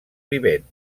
vivent